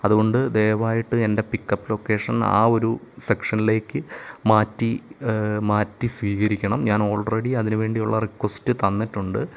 അതുകൊണ്ട് ദയവായിട്ട് എൻ്റെ പിക്കപ്പ് ലൊക്കേഷൻ ആ ഒരു സെക്ഷനിലേക്ക് മാറ്റി മാറ്റി സ്വീകരിക്കണം ഞാൻ ഓൾറെഡി അതിനു വേണ്ടിയുള്ള റിക്വസ്റ്റ് തന്നിട്ടുണ്ട്